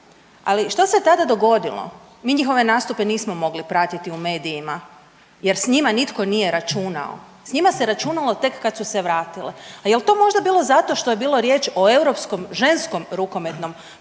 Ali šta se tada dogodilo? Mi njihove nastupe nismo mogli pratiti u medijima jer s njima nitko nije računao. S njima se računalo tek kad su se vratile. A jel to možda bilo zato što je bilo riječ o Europskom ženskom rukometnom prvenstvu